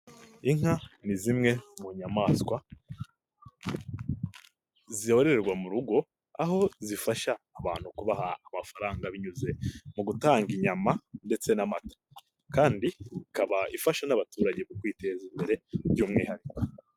Inka ni zimwe mu nyamaswa zororerwa mu rugo, aho zifasha abantu kubaha amafaranga binyuze mu gutanga inyama ndetse n'amata. Kandi ikaba ifasha n'abaturage kwiteza imbere by'umwihariko.